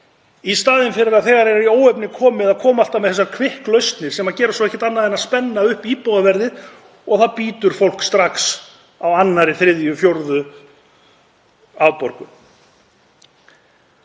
í staðinn fyrir, þegar í óefni er komið, að koma alltaf með þessar „kvikk“ lausnir sem gera ekkert annað en að spenna upp íbúðaverðið og það bítur fólk strax á annarri, þriðju, fjórðu afborgun.